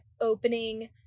opening